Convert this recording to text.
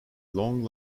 long